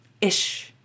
ish